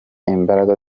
imbaraga